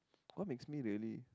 what makes me really